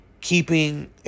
keeping